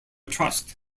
trust